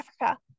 Africa